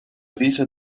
dice